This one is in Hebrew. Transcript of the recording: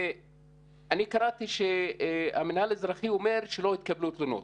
אני קראתי שהמינהל האזרחי אומר שלא התקבלו תלונות.